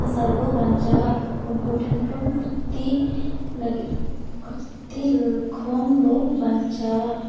ᱯᱷᱚᱥᱚᱞ ᱵᱚ ᱵᱟᱧᱪᱟᱣᱟ ᱩᱱᱠᱩ ᱴᱷᱮᱱ ᱠᱷᱚᱱ ᱠᱷᱚᱛᱤ ᱞᱟᱹᱜᱤᱫ ᱠᱷᱚᱛᱤ ᱠᱷᱚᱱ ᱵᱚ ᱵᱟᱧᱪᱟᱣᱟ